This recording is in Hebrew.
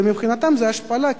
ומבחינתם זאת השפלה,